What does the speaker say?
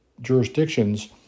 jurisdictions